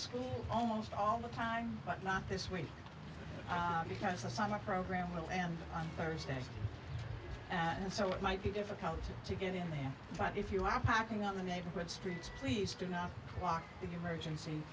school almost all the time but not this week because the summer program will and on thursday and so it might he difficult to get in there but if you are packing on the neighborhood streets please do not walk the emergency